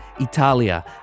Italia